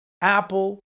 Apple